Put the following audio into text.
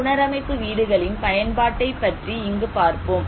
புனரமைப்பு வீடுகளின் பயன்பாட்டை பற்றி இங்கு பார்ப்போம்